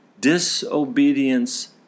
Disobedience